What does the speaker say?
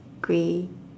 grey